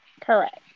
Correct